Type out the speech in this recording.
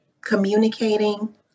communicating